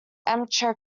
amateur